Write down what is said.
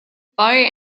fire